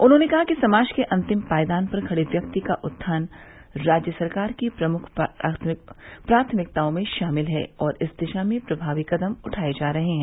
उन्होंने कहा कि समाज के अंतिम पायदान पर खड़े व्यक्ति का उत्थान राज्य सरकार की प्रमुख प्राथमिकताओं में शामिल है और इस दिशा में प्रभावी कदम उठाये जा रहे हैं